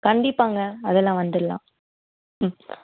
கண்டிப்பாங்க அதெல்லாம் வந்துடலாம் ம்